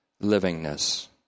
livingness